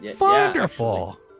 Wonderful